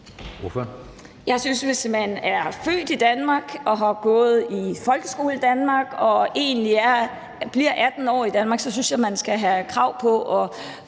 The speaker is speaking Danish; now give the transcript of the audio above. Jeg synes, at hvis man er født i Danmark og har gået i folkeskole i Danmark og egentlig er blevet 18 år i Danmark, skal man have krav på at